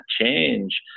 change